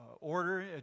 order